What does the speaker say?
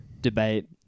debate